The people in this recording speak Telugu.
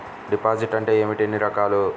డిపాజిట్ అంటే ఏమిటీ ఎన్ని రకాలు?